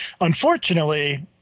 unfortunately